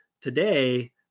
today